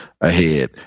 ahead